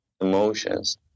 emotions